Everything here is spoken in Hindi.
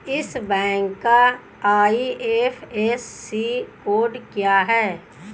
इस बैंक का आई.एफ.एस.सी कोड क्या है?